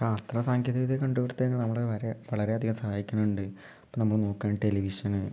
ശാസ്ത്ര സാങ്കേതിക കണ്ടുപിടുത്തങ്ങൾ നമ്മളെ വളരെ അയധികം സഹായിക്കുന്നുണ്ട് ഇപ്പോൾ നമ്മൾ നോക്കുകയാണെങ്കിൽ ടെലിവിഷൻ